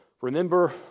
Remember